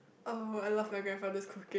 oh I love my grandfather's cooking